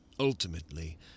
Ultimately